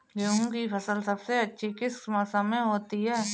गेंहू की फसल सबसे अच्छी किस मौसम में होती है?